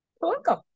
Welcome